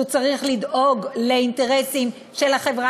שהוא צריך לדאוג לאינטרסים של החברה